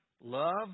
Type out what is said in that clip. love